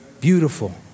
Beautiful